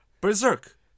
Berserk